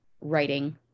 writing